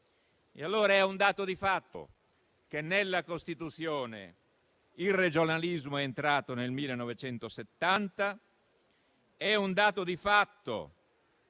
decisioni. È un dato di fatto che nella Costituzione il regionalismo è entrato nel 1970, è un dato di fatto che